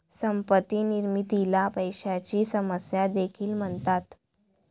संपत्ती निर्मितीला पैशाची समस्या देखील म्हणतात